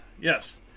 yes